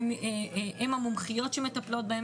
הן המומחיות שמטפלות בהן.